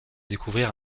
découvrir